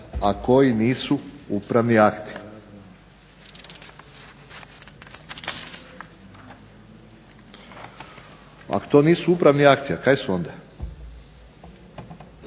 a koji nisu upravni akti". Ako to nisu upravni akti, a kaj su onda?